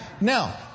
Now